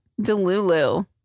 Delulu